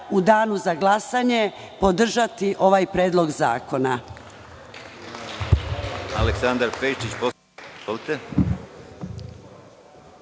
u danu za glasanje podržati ovaj predlog zakona.